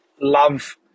love